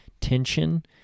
tension